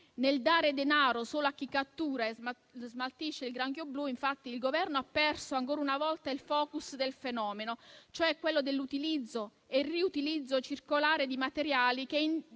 Nel dare denaro solo a chi cattura e smaltisce il granchio blu, infatti, il Governo ha perso ancora una volta il *focus* del fenomeno, quello cioè dell'utilizzo e riutilizzo circolare di materiali che